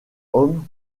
homme